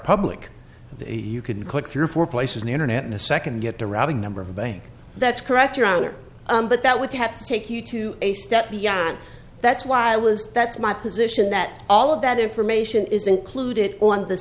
public the you can click through four places in internet in a second get the routing number of a bank that's correct your honor but that would have to take you to a step beyond that's why i was that's my position that all of that information is included on the